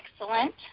excellent